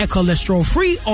cholesterol-free